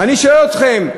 אני שואל אתכם: